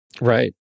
right